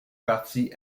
parties